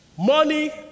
Money